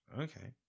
Okay